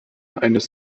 eines